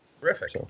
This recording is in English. Terrific